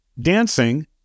dancing